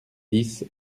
dix